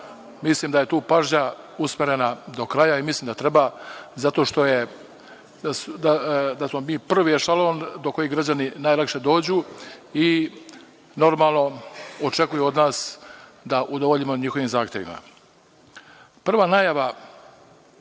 mislim da je tu pažnja usmerena do kraja i mislim da treba, zato što smo mi prvi ešalon do kojeg građani najlakše dođu i, normalno, očekuju od nas da udovoljimo njihovim zahtevima. Prva